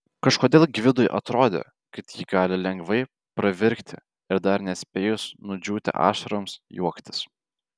kažkodėl gvidui atrodė kad ji gali lengvai pravirkti ir dar nespėjus nudžiūti ašaroms juoktis